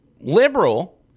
liberal